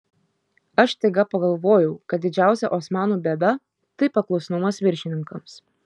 aš staiga pagalvojau kad didžiausia osmanų bėda tai paklusnumas viršininkams